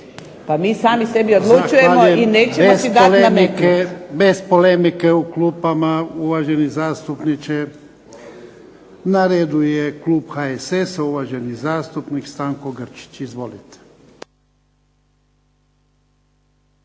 Pa mi sami sebi odlučujemo i nećemo si dat nametnut.